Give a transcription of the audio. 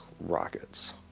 rockets